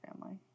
family